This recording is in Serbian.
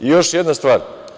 I još jedna stvar.